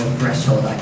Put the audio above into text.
threshold